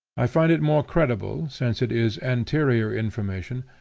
i find it more credible, since it is anterior information,